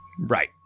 Right